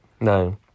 No